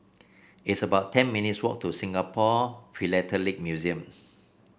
it's about ten minutes' walk to Singapore Philatelic Museum